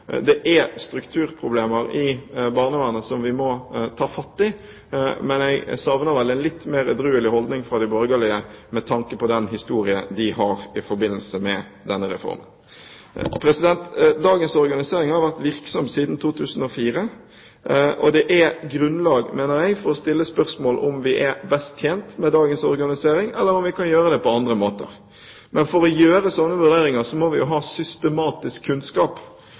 Det er strukturproblemer i barnevernet som vi må ta fatt i, men jeg savner en litt mer edruelig holdning fra de borgerlige med tanke på den historie de har i forbindelse med denne reformen. Dagens organisering har vært virksom siden 2004. Det er grunnlag, mener jeg, for å stille spørsmål ved om vi er best tjent med dagens organisering, eller om vi kan gjøre det på andre måter. Men for å gjøre slike vurderinger må vi ha systematisk kunnskap.